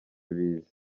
ibiza